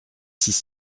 six